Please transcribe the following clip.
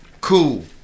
cool